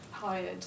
Hired